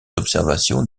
observations